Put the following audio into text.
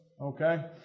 okay